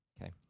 Okay